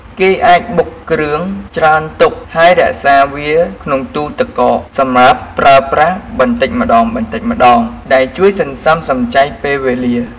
គេអាចបុកគ្រឿងច្រើនទុក ហើយរក្សាវាក្នុងទូទឹកកកសម្រាប់ប្រើប្រាស់បន្តិចម្តងៗ ដែលជួយសន្សំសំចៃពេលវេលា។